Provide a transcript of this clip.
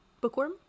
bookworm